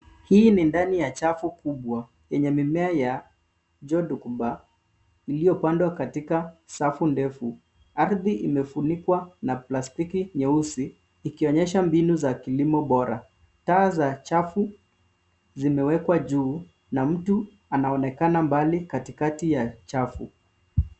Hii ni ndani ya chafu kubwa yenye mimea ya joducubar iliyopandwa katika safu ndefu. Ardhi imefunikwa na plastiki nyeusi, ikionyesha mbinu za kilimo bora. Taa za chafu zimewekwa juu, na mtu anaonekana mbali katikati ya chafu.